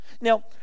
Now